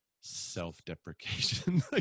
self-deprecation